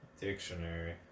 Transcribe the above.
Dictionary